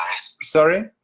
sorry